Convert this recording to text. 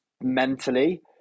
mentally